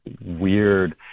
weird